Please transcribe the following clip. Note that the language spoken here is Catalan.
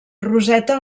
roseta